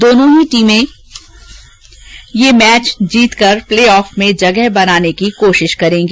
दोनों ही टीमें यह मैच जीतकर प्ले ऑफ में जगह बनाने की कोशिश करेंगी